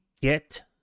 get